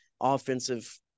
offensive